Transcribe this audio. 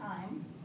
time